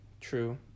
true